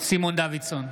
סימון דוידסון,